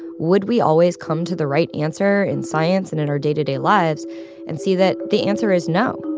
would we always come to the right answer in science and in our day-to-day lives and see that the answer is no?